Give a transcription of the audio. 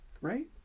Right